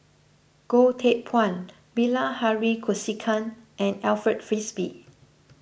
Goh Teck Phuan Bilahari Kausikan and Alfred Frisby